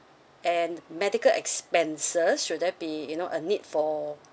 and medical expenses should that be you know a need for